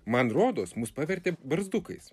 man rodos mus pavertė barzdukais